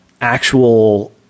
actual